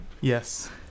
Yes